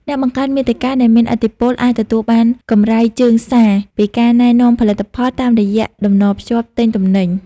អ្នកបង្កើតមាតិកាដែលមានឥទ្ធិពល អាចទទួលបានកម្រៃជើងសារពីការណែនាំផលិតផល តាមរយៈតំណភ្ជាប់ទិញទំនិញ។